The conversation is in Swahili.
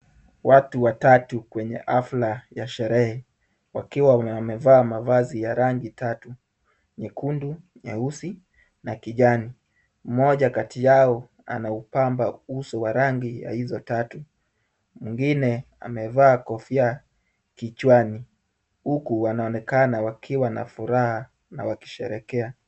Watu watatu kwenye hafla ya sherehe wakiwa wamevaa mavazi ya rangi tatu. Nyekundu, nyeusi na kijani. Mmoja kati yao anaupamba uso wa rangi ya hizo tatu. Mwingine amevaa kofia kichwani huku wanaonekana wakiwa na furaha na wakisherehekea.